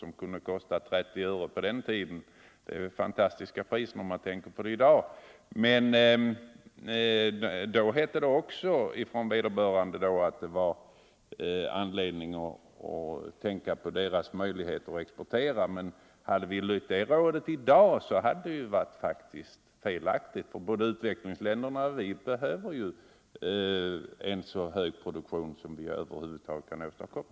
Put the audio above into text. Sockret kostade på den tiden 30 öre per kilo, ett fantastiskt lågt pris jämfört med vad det kostar i dag. Då sade statsrådet att det fanns anledning att tänka på utvecklingsländernas möjligheter att exportera. Men hade vi lytt det rådet då, så hade vi i dag kunnat se att det faktiskt var ett felaktigt råd, eftersom ju både utvecklingsländerna och vi själva behöver ha en så hög produktion som man över huvud taget kan åstadkomma.